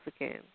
again